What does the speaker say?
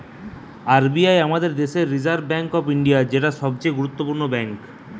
R B I আমাদের দেশের reserve bank of India, যেটা সবচে গুরুত্বপূর্ণ ব্যাঙ্ক